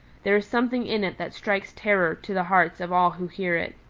there is something in it that strikes terror to the hearts of all who hear it.